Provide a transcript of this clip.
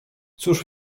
cóż